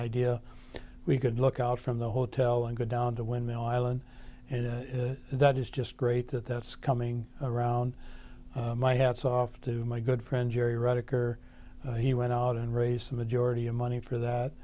idea we could look out from the hotel and go down to windmill island and that is just great that that's coming around my hat's off to my good friend jerry redeker he went out and raised the majority of money for that